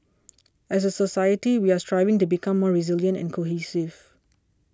as a society we are striving to become more resilient and cohesive